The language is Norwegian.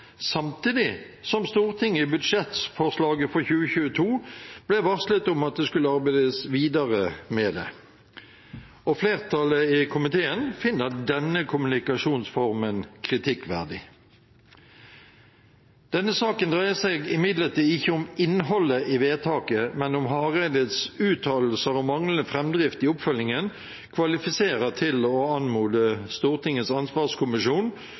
samtidig som Stortinget i budsjettforslaget for 2022 ble varslet om at det skulle arbeides videre med det. Flertallet i komiteen finner denne kommunikasjonsformen kritikkverdig. Denne saken dreier seg imidlertid ikke om innholdet i vedtaket, men om Hareides uttalelser og manglende framdrift i oppfølgingen kvalifiserer til å anmode Stortingets